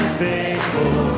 faithful